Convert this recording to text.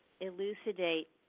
elucidate